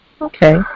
Okay